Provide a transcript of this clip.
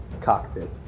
cockpit